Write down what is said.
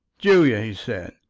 julia, he said,